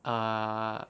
uh